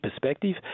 perspective